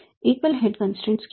एकल head constraint क्या है